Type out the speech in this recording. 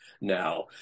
now